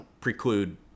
preclude